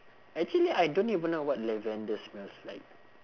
actually I don't even know what lavender smells like